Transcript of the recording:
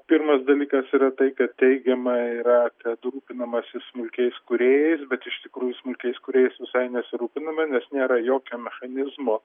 pirmas dalykas yra tai kad teigiama yra kad rūpinamasi smulkiais kūrėjais bet iš tikrųjų smulkiais kūrėjais visai nesirūpinama nes nėra jokio mechanizmo